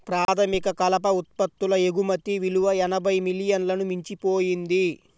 ప్రాథమిక కలప ఉత్పత్తుల ఎగుమతి విలువ ఎనభై మిలియన్లను మించిపోయింది